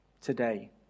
today